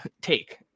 take